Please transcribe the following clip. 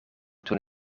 toen